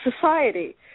society